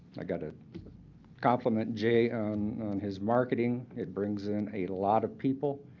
i got to compliment jay on his marketing. it brings in a lot of people.